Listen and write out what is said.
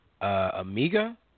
Amiga